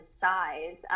size